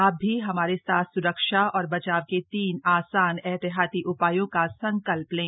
आप भी हमारे साथ स्रक्षा और बचाव के तीन आसान एहतियाती उपायों का संकल्प लें